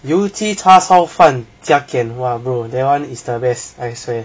油鸡叉烧饭加 ken hua bro that [one] is the best I swear